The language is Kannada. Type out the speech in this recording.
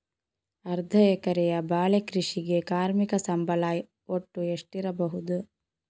ಅರ್ಧ ಎಕರೆಯ ಬಾಳೆ ಕೃಷಿಗೆ ಕಾರ್ಮಿಕ ಸಂಬಳ ಒಟ್ಟು ಎಷ್ಟಿರಬಹುದು?